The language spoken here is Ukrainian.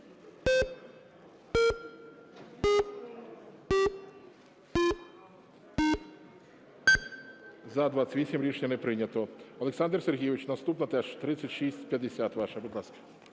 За-28 Рішення не прийнято. Олександр Сергійович, наступна теж, 3650, ваша. Будь ласка.